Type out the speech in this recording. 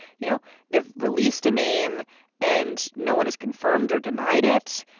you know they've released a name and no one has confirmed or denied it.